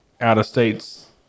out-of-states